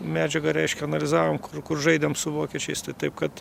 medžiagą reiškia analizavom kur kur žaidėm su vokiečiais tai taip kad